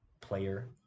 player